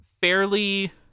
fairly